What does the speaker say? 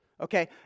Okay